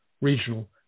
regional